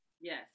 yes